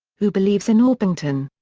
who believes in orpington.